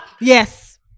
yes